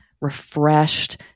refreshed